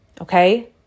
okay